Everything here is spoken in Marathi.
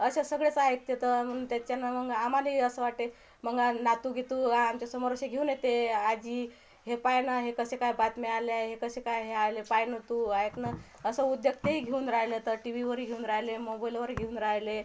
असे सगळेच ऐकतेत तर त्याच्यानं मग आमाले असं वाटे मग नातू गितू आमच्यासमोर असे घेऊन येते आजी हे पाय ना हे कसे काय बातम्या आल्याय हे कसे काय आले आहे पाय ना तू ऐक ना असं उद्योग ते ही घेऊन रायले तर टी वीवरही घेऊन रायले मग मोबाइलवरही घेऊन रायले